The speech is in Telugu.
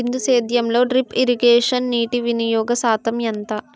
బిందు సేద్యంలో డ్రిప్ ఇరగేషన్ నీటివినియోగ శాతం ఎంత?